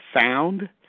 sound